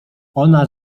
ona